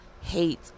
hate